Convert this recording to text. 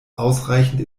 ausreichend